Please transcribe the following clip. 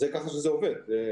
ככה שזה עובד.